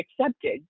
accepted